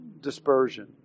dispersion